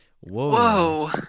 Whoa